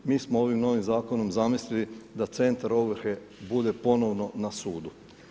Mi smo ovim novim zakonom zamislili da centar ovrhe bude ponovno na sudu.